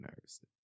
nerves